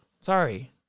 Sorry